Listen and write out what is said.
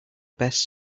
best